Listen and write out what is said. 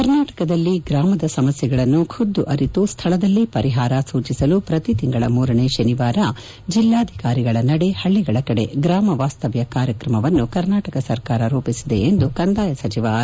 ಕರ್ನಾಟಕದಲ್ಲಿ ಗ್ರಾಮದ ಸಮಸ್ಥೆಗಳನ್ನು ಖುದ್ದು ಅರಿತು ಸ್ವಳದಲ್ಲೇ ಪರಿಹಾರ ಸೂಚಿಸಲು ಪ್ರತಿತಿಂಗಳ ಮೂರನೇ ಶನಿವಾರ ಜಿಲ್ಲಾಧಿಕಾರಿಗಳ ನಡೆ ಹಳ್ಳಿಗಳ ಕಡೆ ಗ್ರಾಮ ವಾಸ್ತವ್ದ ಕಾರ್ಯಕ್ರಮವನ್ನು ಕರ್ನಾಟಕ ಸರ್ಕಾರ ರೂಪಿಸಿದೆ ಎಂದು ಕಂದಾಯ ಸಚಿವ ಆರ್